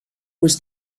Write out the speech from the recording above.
was